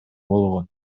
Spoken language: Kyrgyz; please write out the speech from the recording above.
болгон